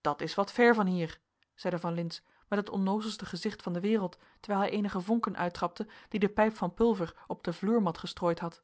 dat is wat ver van hier zeide van lintz met het onnoozelste gezicht van de wereld terwijl hij eenige vonken uittrapte die de pijp van pulver op de vloermat gestrooid had